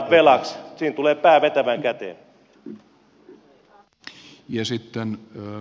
siinä tulee pää vetävän käteen